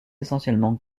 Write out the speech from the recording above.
essentiellement